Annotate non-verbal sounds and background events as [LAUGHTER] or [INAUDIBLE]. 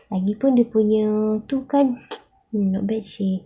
lagipun dia punya tu kan [NOISE] not bad seh